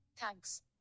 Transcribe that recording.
Thanks